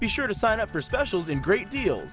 be sure to sign up for specials and great deal